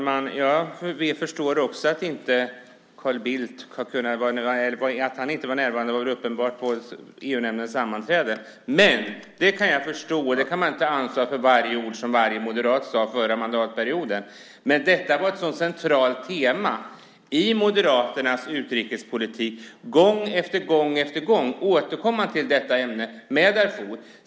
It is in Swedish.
Herr talman! Det var uppenbart att Carl Bildt inte var närvarande vid EU-nämndens sammanträden. Jag kan förstå att han inte kan ansvara för varje ord som varje moderat sade förra mandatperioden. Men detta var ett så centralt tema i Moderaternas utrikespolitik. Gång efter gång återkom man till ämnet Darfur.